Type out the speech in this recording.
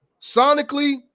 sonically